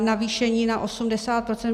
Navýšení na 80 %.